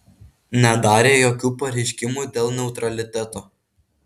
nedarė jokių pareiškimų dėl neutraliteto